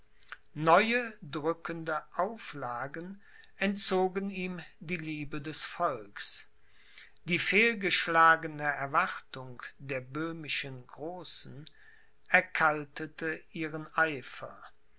neue drückende auflagen entzogen ihm die liebe des volks die fehlgeschlagene erwartung der böhmischen großen erkaltete ihren eifer